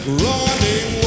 running